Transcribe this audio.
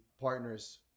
partners